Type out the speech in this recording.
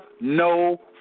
no